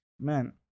man